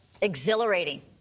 Exhilarating